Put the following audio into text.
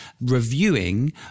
reviewing